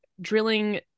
drilling